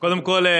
קודם כול,